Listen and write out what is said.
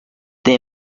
they